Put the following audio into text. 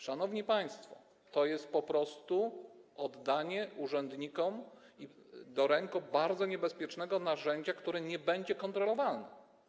Szanowni państwo, to jest oddanie urzędnikom do rąk bardzo niebezpiecznego narzędzia, które nie będzie kontrolowane.